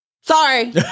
Sorry